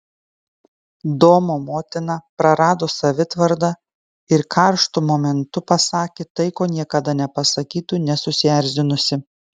domo motina prarado savitvardą ir karštu momentu pasakė tai ko niekada nepasakytų nesusierzinusi